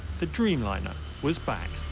the dreamliner was back.